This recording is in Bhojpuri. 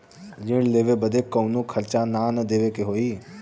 ऋण लेवे बदे कउनो खर्चा ना न देवे के होई?